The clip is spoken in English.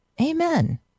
Amen